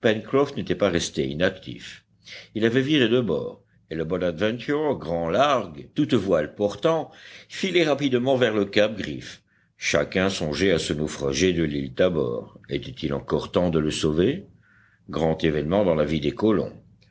n'était pas resté inactif il avait viré de bord et le bonadventure grand largue toutes voiles portant filait rapidement vers le cap griffe chacun songeait à ce naufragé de l'île tabor était-il encore temps de le sauver grand événement dans la vie des colons